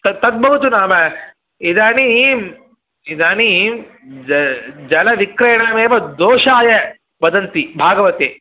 तत् तद्भवतु नाम इदानीम् इदानीं जलविक्रयणमेव दोषाय वदन्ति भागवते